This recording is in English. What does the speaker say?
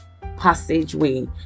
passageway